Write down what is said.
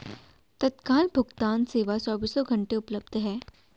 तत्काल भुगतान सेवा चोबीसों घंटे उपलब्ध है